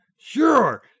Sure